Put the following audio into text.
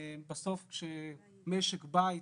בסוף, כשמשק בית